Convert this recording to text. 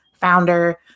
founder